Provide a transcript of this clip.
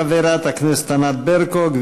חברת הכנסת ענת ברקו,